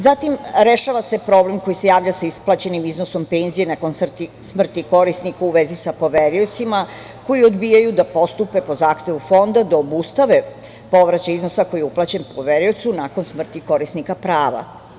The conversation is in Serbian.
Zatim, rešava se problem koji se javlja sa isplaćenim iznosom penzije nakon smrti korisnika u vezi sa poveriocima koji odbijaju da postupe po zahtevu Fonda da obustave povraćaj iznosa koji je uplaćen poveriocu nakon smrti korisnika prava.